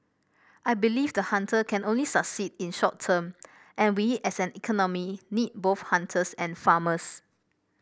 I believe the hunter can only succeed in short term and we as an economy need both hunters and farmers